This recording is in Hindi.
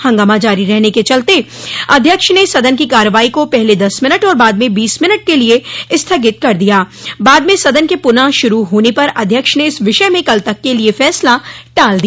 हंगामा जारी रहने के चलते अध्यक्ष ने सदन की कार्यवाही को पहले दस मिनट और बाद में बीस मिनट के लिए स्थगित कर दी बाद में सदन के पुनः शुरू होने पर अध्यक्ष ने इस विषय में कल तक के लिए फैसला टाल दिया